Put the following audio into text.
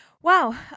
Wow